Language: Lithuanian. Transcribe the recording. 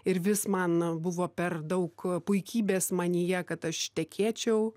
ir vis man buvo per daug puikybės manyje kad aš tekėčiau